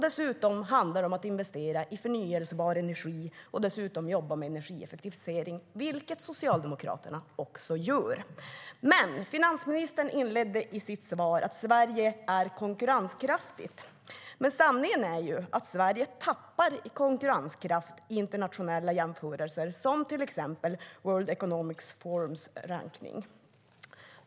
Dessutom handlar det om att investera i förnybar energi och om att jobba med energieffektivisering, vilket Socialdemokraterna också gör. Finansministern inledde sitt svar med att säga att Sverige är konkurrenskraftigt. Men sanningen är att Sverige tappar i konkurrenskraft i internationella jämförelser, som till exempel i World Economic Forums rankning.